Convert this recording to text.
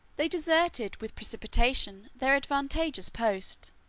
they deserted with precipitation their advantageous post,